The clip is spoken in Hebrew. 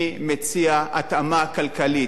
אני מציע התאמה כלכלית.